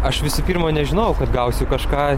aš visų pirma nežinojau kad gausiu kažką